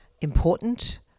important